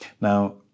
Now